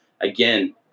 Again